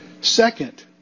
Second